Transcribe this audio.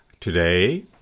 Today